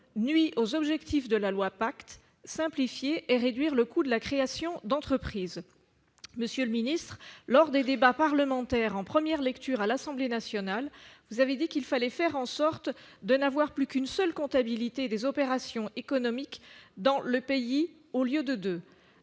nuit aux objectifs du projet de loi PACTE : simplifier et réduire le coût de la création d'entreprise. Monsieur le ministre, lors des débats en première lecture à l'Assemblée nationale, vous avez indiqué qu'il fallait faire en sorte de n'avoir plus qu'une seule comptabilité des opérations économiques dans le pays, au lieu de deux.